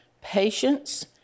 patience